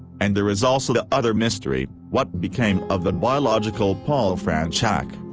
and there is also the other mystery what became of the biological paul fronczak,